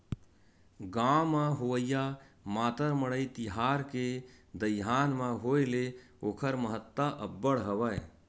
गाँव म होवइया मातर मड़ई तिहार के दईहान म होय ले ओखर महत्ता अब्बड़ हवय